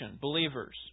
believers